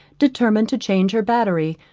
determined to change her battery,